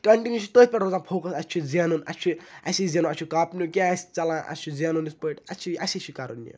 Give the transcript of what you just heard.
continue چھِ تٔتھۍ پٮ۪ٹھ روزان فوکَس اَسہِ چھُ زینُن اَسہِ چھُ اَسی زینو اَسہِ چھُ کَپ نیُن کیٛاہ آسہِ ژَلان اَسہِ چھُ زینُن یِتھ پٲٹھۍ اَسہِ چھِ اَسی چھِ کَرُن یہِ